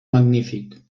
magnífic